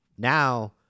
now